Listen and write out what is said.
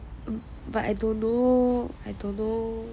but I don't know I don't know